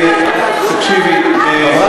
זה לא מה